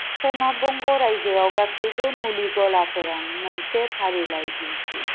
सोनाब बंग' रायजोआव गासैबो मुलि गलाफोरफोरनि मोनसे फारिलाइ दिन्थि